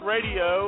Radio